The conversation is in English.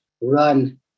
run